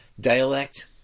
dialect